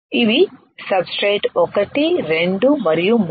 ఇవి సబ్స్ట్రేట్ ఒకటి రెండు మరియు మూడు